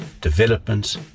development